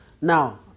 now